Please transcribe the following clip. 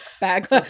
back